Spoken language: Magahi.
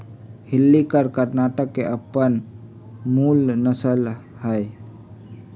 हल्लीकर कर्णाटक के अप्पन मूल नसल हइ